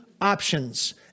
options